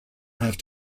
have